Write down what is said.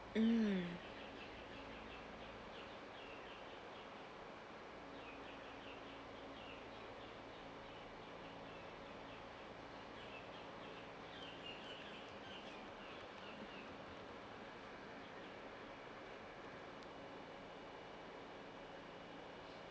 mm